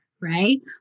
right